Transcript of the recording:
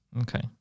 Okay